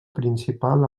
principal